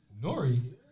Nori